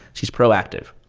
she's proactive.